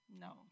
No